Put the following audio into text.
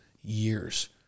years